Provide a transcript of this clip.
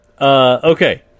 okay